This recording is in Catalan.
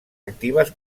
actives